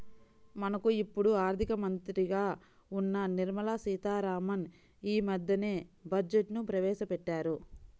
మనకు ఇప్పుడు ఆర్థిక మంత్రిగా ఉన్న నిర్మలా సీతారామన్ యీ మద్దెనే బడ్జెట్ను ప్రవేశపెట్టారు